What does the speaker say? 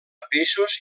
peixos